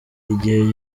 igihe